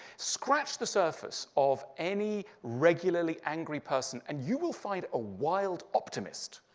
scratch the surface of any regularly angry person and you will find a wild optimist.